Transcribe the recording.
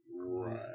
Right